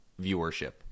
viewership